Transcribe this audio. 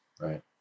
right